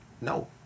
No